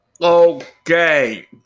Okay